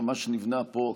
נבנה ממש פה,